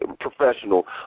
professional